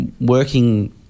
working